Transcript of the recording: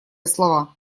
слова